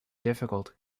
difficult